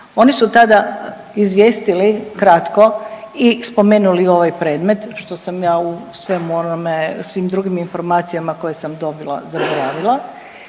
Oni su tada izvijestili kratko i spomenuli ovaj predmet što sam ja u svemu onome u svim drugim informacijama koje sam dobila zaboravila,